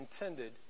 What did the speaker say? intended